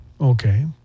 Okay